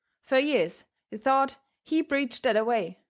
fur years they thought he preached that-a-way.